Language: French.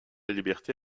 liberté